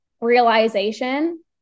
realization